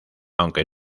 aunque